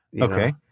Okay